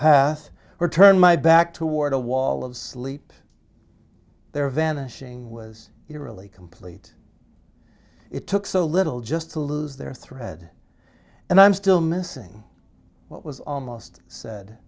path or turned my back toward a wall of sleep there vanishing was eerily complete it took so little just to lose their thread and i'm still missing what was almost said